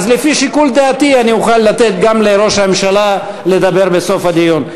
אז לפי שיקול דעתי אני אוכל לתת לראש הממשלה לדבר גם בסוף הדיון.